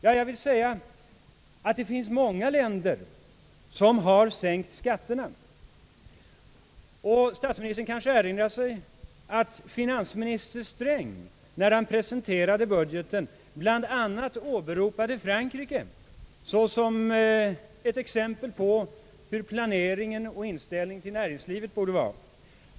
Jag vill svara, att många länder har sänkt skatterna. Statsministern kanske erinrar sig att finansminister Sträng, när han presenterade budgeten, bl.a. åberopade Frankrike såsom ett exempel på hur planeringen och inställningen till näringslivet borde vara.